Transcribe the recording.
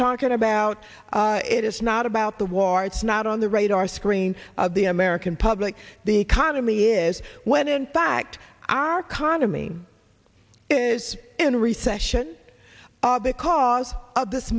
talking about it is not about the war it's not on the radar screen of the american public the economy is when in fact our condo me is in recession because of this